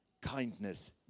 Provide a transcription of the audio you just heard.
kindness